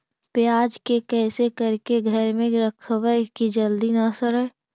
प्याज के कैसे करके घर में रखबै कि जल्दी न सड़ै?